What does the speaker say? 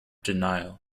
denial